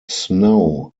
snow